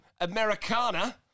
Americana